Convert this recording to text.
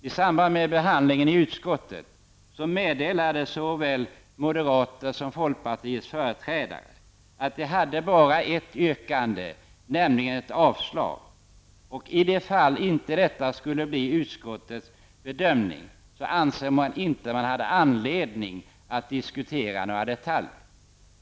I samband med behandlingen i utskottet meddelade företrädare för såväl moderata samlingspartiet som folkpartiet liberalerna att de bara hade ett yrkande, nämligen avslag. I det fall detta inte skulle bli utskottets bedömning, ansåg man sig inte ha anledning att diskutera några detaljer.